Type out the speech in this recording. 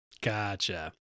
Gotcha